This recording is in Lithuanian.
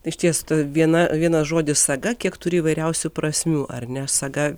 išties viena vienas žodis saga kiek turi įvairiausių prasmių ar ne saga